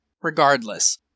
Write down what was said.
Regardless